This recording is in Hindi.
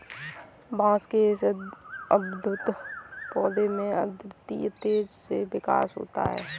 बांस के इस अद्भुत पौधे में अद्वितीय तेजी से विकास होता है